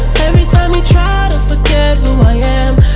every time we try to forget who i am